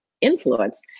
influence